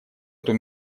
эту